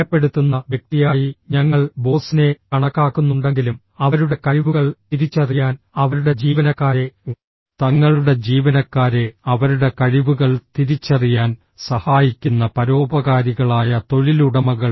ഭയപ്പെടുത്തുന്ന വ്യക്തിയായി ഞങ്ങൾ ബോസിനെ കണക്കാക്കുന്നുണ്ടെങ്കിലും അവരുടെ കഴിവുകൾ തിരിച്ചറിയാൻ അവരുടെ ജീവനക്കാരെ തങ്ങളുടെ ജീവനക്കാരെ അവരുടെ കഴിവുകൾ തിരിച്ചറിയാൻ സഹായിക്കുന്ന പരോപകാരികളായ തൊഴിലുടമകൾ